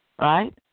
right